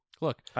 look